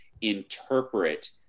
interpret